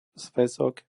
zväzok